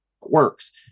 works